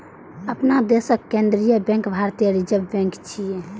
अपना देशक केंद्रीय बैंक भारतीय रिजर्व बैंक छियै